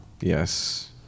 Yes